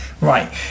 Right